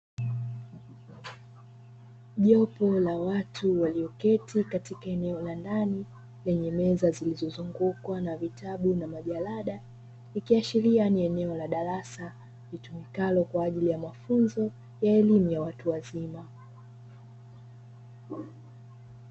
Jopo la watu walioketi katika eneo la ndani lenye meza zilizozungukwa na vitabu na majarada, ikiashiria ni eneo la darasa litumikalo kwa ajili ya mafunzo ya elimu ya watu wazima.